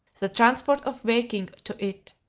the transport of waking to it,